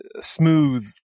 smooth